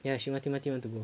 ya she mati mati want to go